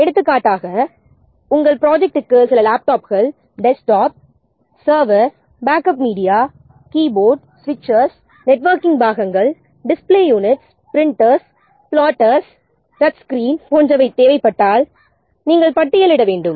எடுத்துக்காட்டாக ப்ரொஜெக்டிற்கு சில லேப்டாப்கள் desktop server backup media keyboard ஸ்விட்சஸ் நெட்வொர்க்கிங் பாகங்கள் display units printers plotters touch screen போன்றவை தேவைப்பட்டால் நாம் அவற்றை பட்டியலிட வேண்டும்